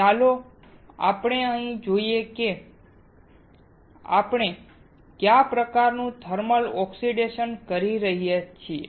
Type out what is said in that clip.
તેથી ચાલો આપણે અહીં જોઈએ કે આપણે કયા પ્રકારનું થર્મલ ઓક્સિડેશન કરી શકીએ છીએ